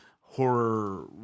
horror